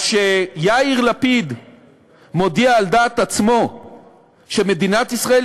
אז כשיאיר לפיד מודיע על דעת עצמו שמדינת ישראל